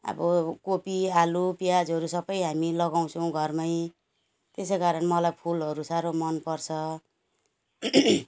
एब कोपी आलु प्याजहरू सबै हामी लगाउँछौँ घरमै त्यसै कारण मलाई फुलहरू साह्रो मनपर्छ